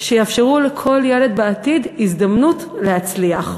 שיאפשרו לכל ילד בעתיד הזדמנות להצליח.